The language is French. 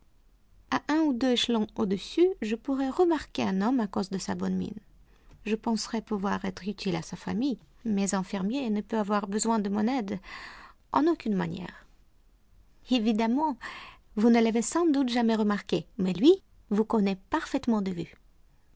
à un ou deux échelons au-dessus je pourrais remarquer un homme à cause de sa bonne mine je penserais pouvoir être utile à sa famille mais un fermier ne peut avoir besoin de mon aide en aucune manière évidemment vous ne l'avez sans doute jamais remarqué mais lui vous connaît parfaitement de vue